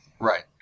Right